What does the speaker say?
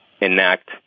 enact